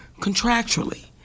contractually